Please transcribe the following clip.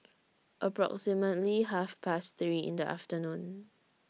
approximately Half Past three in The afternoon